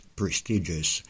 prestigious